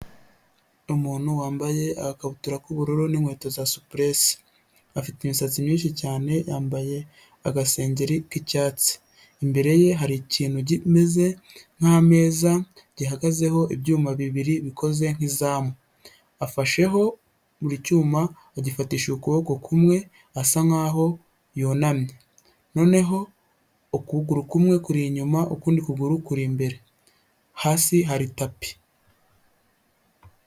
Umuntu wambaye agakabutura k'ubururu n'inkweto za supuresi, afite imisatsi myinshi cyane, yambaye agasengeri k'icyatsi imbere ye hari ikintu kimeze nk'ameza, gihagazeho ibyuma bibiri bikoze nk'izamu afasheho, buri cyuma agifatishije ukuboko kumwe asa nkaho yunamye, noneho ukuguru kumwe kuri inyuma ukundi kuguru kuri imbere hasi hari tapi.